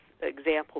example